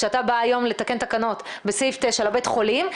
כשאתה בא היום לתקן תקנות בסעיף 9 לבית חולים,